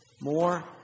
more